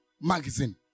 magazine